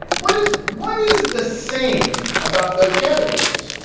what is what is the same about those categories?